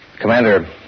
Commander